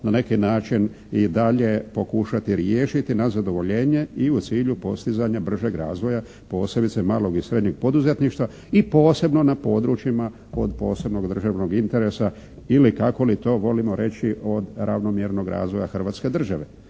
na neki način i dalje pokušati riješiti na zadovoljenje i u cilju postizanja bržeg razvoja posebice malog i srednjeg poduzetništva i posebno na područjima od posebnog državnog interesa ili kako li to volimo reći od ravnomjernog razvoja Hrvatske države.